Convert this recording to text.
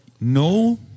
no